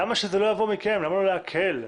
למה לא להקל?